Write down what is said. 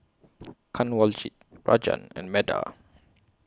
Kanwaljit Rajan and Medha